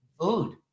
food